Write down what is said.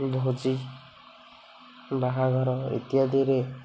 ଭୋଜି ବାହାଘର ଇତ୍ୟାଦିରେ